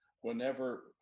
whenever